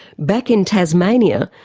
back in tasmania,